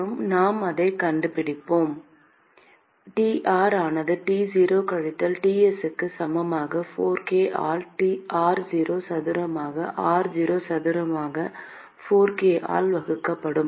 மற்றும் நாம் அதை கண்டுபிடிப்போம் T r ஆனது T0 கழித்தல் Tsக்கு சமமாக 4 k ஆல் r0 சதுரமாக r0 சதுரமாக 4 k ஆல் வகுக்கப்படும்